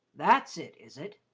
that's it, is it?